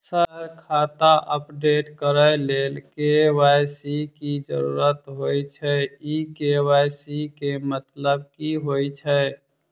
Sir खाता update करऽ लेल के.वाई.सी की जरुरत होइ छैय इ के.वाई.सी केँ मतलब की होइ छैय?